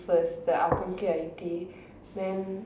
first the I_T_E then